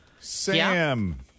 Sam